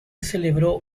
celebró